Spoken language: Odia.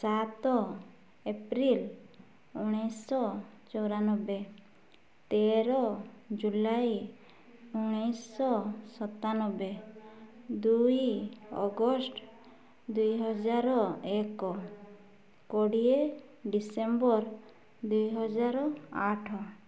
ସାତ ଏପ୍ରିଲ ଉଣେଇଶହ ଚଉରାନବେ ତେର ଜୁଲାଇ ଉଣେଇଶହ ସତାନବେ ଦୁଇ ଅଗଷ୍ଟ ଦୁଇହଜାର ଏକ କୋଡ଼ିଏ ଡିସେମ୍ବର ଦୁଇହଜାର ଆଠ